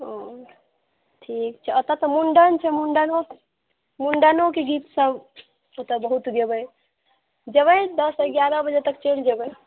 हँ ठीक छै अतऽ तऽ मुण्डन छै मुण्डनोके गीत सभ से तऽ बहुत गेबै जेबै दस एगारह बजे तक चलि जेबै